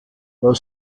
war